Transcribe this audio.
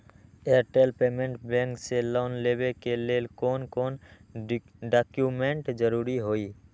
Airtel payments bank से loan लेवे के ले कौन कौन डॉक्यूमेंट जरुरी होइ?